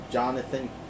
Jonathan